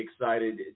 excited